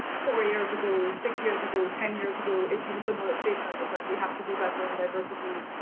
four years ago, six years ago, ten years ago, issued a similar statement. it's like we have to do better on diversity.